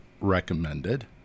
recommended